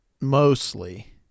mostly